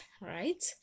right